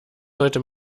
sollte